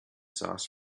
sauce